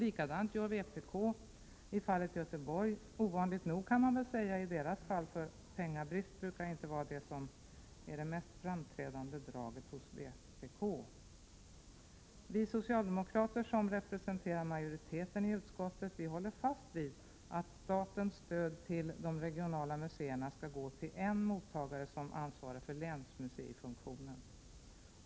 Likadant gör vpk i fallet Göteborg — ovanligt nog, kan man väl säga, i deras fall, för pengabrist brukar ju inte vara det mest framträdande draget hos vpk. Vi socialdemokrater som representerar majoriteten i utskottet håller fast vid att statens stöd till de regionala museerna skall gå till en mottagare som ansvarar för länsmuseifunktionen.